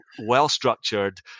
well-structured